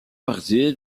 partie